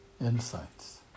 insights